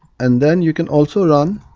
and then you can also run